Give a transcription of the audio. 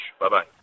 Bye-bye